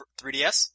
3DS